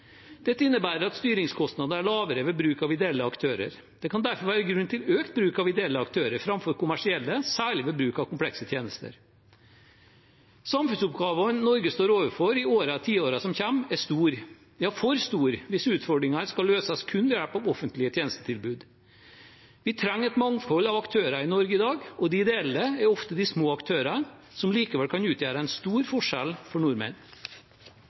Dette innebærer at styringskostnadene er lavere ved bruk av ideelle aktører. Det kan derfor være grunn til økt bruk av ideelle aktører fremfor kommersielle, særlig ved komplekse tjenester.» Samfunnsoppgavene Norge står overfor i årene og tiårene som kommer, er store – ja, for store hvis utfordringene skal løses kun ved hjelp av offentlige tjenestetilbud. Vi trenger et mangfold av aktører i Norge i dag, og de ideelle er ofte de små aktørene som likevel kan utgjøre en stor forskjell for nordmenn.